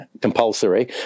compulsory